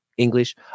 english